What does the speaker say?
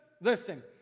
listen